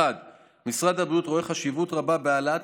סיבה אחת: משרד הבריאות רואה חשיבות רבה בהעלאת